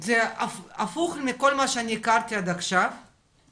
זה הפוך מכל מה שהכרתי עד עכשיו.